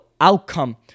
outcome